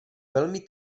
velmi